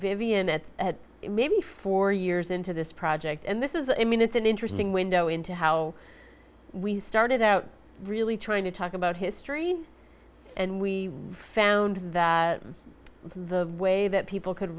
vivian at maybe four years into this project and this is a mean it's an interesting window into how we started out really trying to talk about history and we found that the way that people could